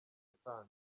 atanga